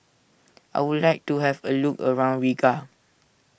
I would like to have a look around Riga